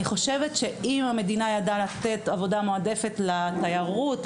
אני חושבת שאם המדינה ידעה לתת עבודה מועדפת לתיירות,